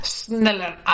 sneller